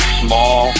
small